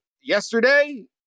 Yesterday